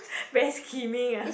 very scheming ah